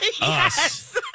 Yes